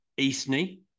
Eastney